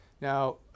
Now